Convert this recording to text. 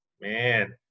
Man